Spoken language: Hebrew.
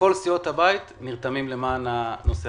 מכל סיעות הבית נרתמים למען נושא הזה.